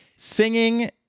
singing